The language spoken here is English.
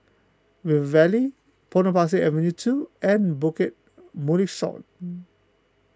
River Valley Potong Pasir Avenue two and Bukit Mugliston